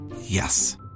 Yes